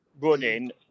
running